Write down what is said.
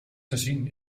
gezien